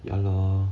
ya lor